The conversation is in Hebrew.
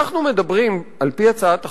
אנחנו מדברים, על-פי הצעת החוק,